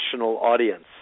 audience